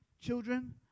children